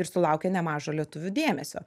ir sulaukė nemažo lietuvių dėmesio